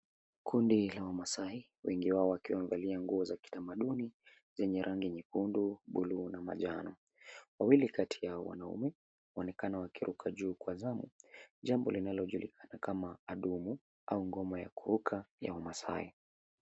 Kundi ka wamaasai wengi wao wakiwa wamevalia nguo za kitamaduni zenye rangi nyekundu, bluu na manjano. Wawili kati ya hawa wanaume, wanaonekana wakiruka juu kwa zamu, jambo linalojulikana kama, adumu, au ngoma ya kuruka wa wamasai.